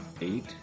eight